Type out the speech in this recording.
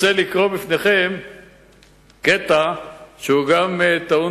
אני רוצה לקרוא לפניכם קטע שהוא גם טעון